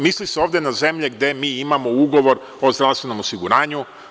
Misli se ovde na zemlje gde mi imamo ugovor o zdravstvenom osiguranju.